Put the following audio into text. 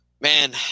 man